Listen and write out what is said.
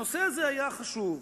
הנושא הזה היה חשוב,